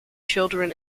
children